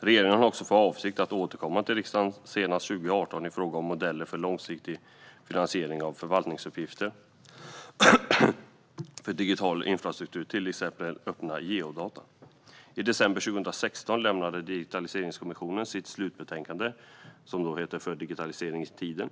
Regeringen har också för avsikt att återkomma till riksdagen senast 2018 i fråga om modeller för långsiktig finansiering av förvaltningsuppgifter för digital infrastruktur, till exempel öppna geodata. I december 2016 lämnade Digitaliseringskommissionen sitt slutbänkande För digitalisering i tiden .